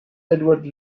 edward